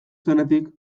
zenetik